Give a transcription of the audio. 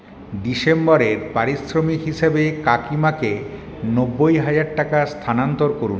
ডিসেম্বরের পারিশ্রমিক হিসেবে কাকিমাকে নব্বই হাজার টাকা স্থানান্তর করুন